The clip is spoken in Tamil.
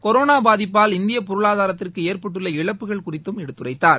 கொரோனா பாதிப்பால் இந்திய பொருளாதாரத்திற்கு ஏற்பட்டுள்ள இழப்புகள் குறித்தும் எடுத்துரைத்தார்